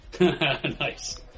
nice